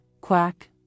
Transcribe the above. quack